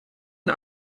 den